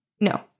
no